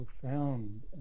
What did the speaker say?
profound